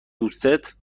دوستت